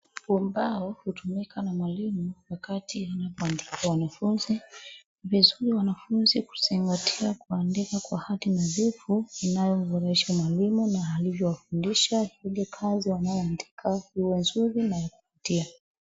Ubao hutumika na mwalimu wakati wanapoandikia wanafunzi. Ni vizuri wanafunzi kuzingatia kuandika kwa hati nadhifu inayomfurahisha mwalimu na alivyowafundisha ile kazi ambayo wanaandika iwe nzuri na kuvutia.